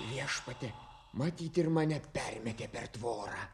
viešpatie matyt ir mane permetė per tvorą